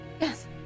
yes